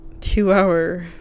two-hour